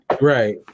Right